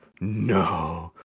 No